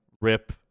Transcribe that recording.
Rip